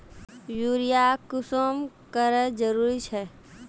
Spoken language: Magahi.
यूरिया कुंसम करे जरूरी छै?